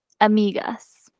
amigas